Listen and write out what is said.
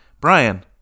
Brian